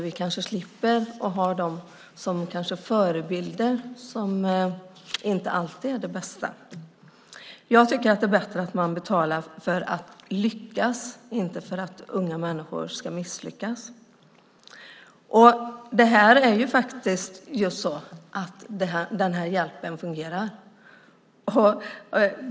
På så sätt slipper vi kanske att dessa personer blir förebilder som inte är de bästa. Jag tycker att det är bättre att man betalar för att lyckas och inte för att unga människor ska misslyckas. Det här är faktiskt just så: Den här hjälpen fungerar.